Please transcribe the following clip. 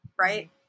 right